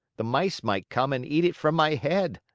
the mice might come and eat it from my head!